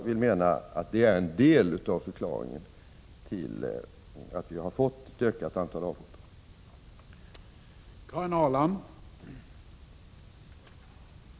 Detta är en del av förklaringen till det ökade antalet avhopp från domarkarriären.